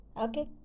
Okay